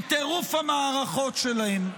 עם טירוף המערכות שלהם.